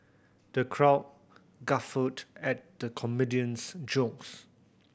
the crowd guffawed at the comedian's jokes